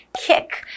kick